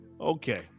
Okay